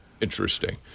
Interesting